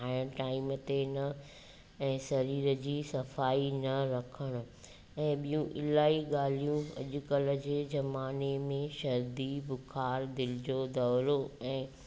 खाइण टाइम ते न ऐं सरीर जी सफ़ाई न रखण ऐं ॿियूं इलाही ॻाल्हयूं अॼुकल्ह जे ज़माने में शर्दी बुख़ार दिलि जो दौरो ऐं